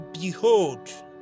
behold